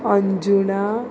अंनजुणा